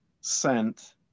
sent